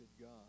God